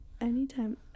anytime